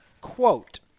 Quote